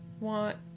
want